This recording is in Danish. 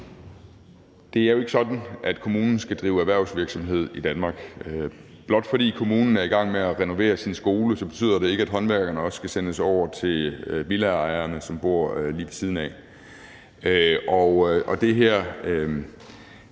Det er jo ikke sådan, at kommunen skal drive erhvervsvirksomhed i Danmark. Blot fordi kommunen er i gang med at renovere sin skole, betyder det ikke, at håndværkerne også skal sendes over til villaejerne, som bor lige ved siden af.